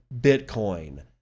Bitcoin